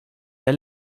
der